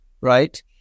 right